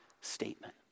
statement